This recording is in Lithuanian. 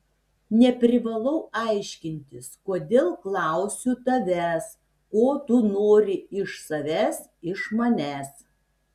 neprivalau aiškintis kodėl klausiu tavęs ko tu nori iš savęs iš manęs